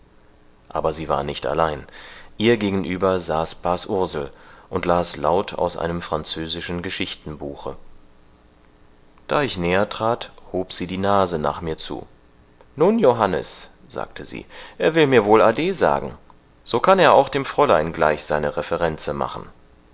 aber sie war nicht allein ihr gegenüber saß bas ursel und las laut aus einem französischen geschichtenbuche da ich näher trat hob sie die nase nach mir zu nun johannes sagte sie er will mir wohl ade sagen so kann er auch dem fräulein gleich seine reverenze machen